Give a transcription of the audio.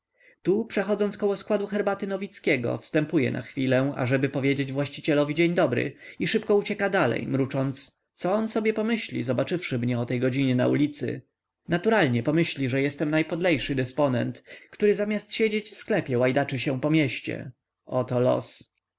tu przechodząc około składu herbaty nowickiego wstępuje na chwilę ażeby powiedzieć właścicielowi dzień dobry i szybko ucieka dalej mrucząc co on sobie pomyśli zobaczywszy mnie o tej godzinie na ulicy naturalnie pomyśli że jestem najpodlejszy dysponent który zamiast siedzieć w sklepie łajdaczy się po mieście oto los